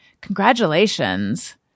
Congratulations